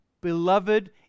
Beloved